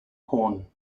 corn